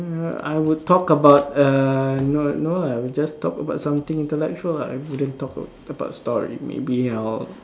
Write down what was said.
I would talk about err no no lah I would just talk about something intellectual lah I wouldn't talk about story maybe I'll